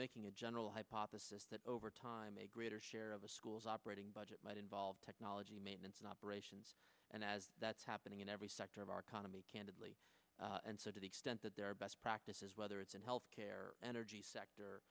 making a general hypothesis that over time a greater share of the school's operating budget might involve technology maintenance an operations and as that's happening in every sector of our economy candidly and so to the extent that there are best practices whether it's in health care energy sector